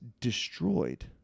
destroyed